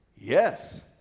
yes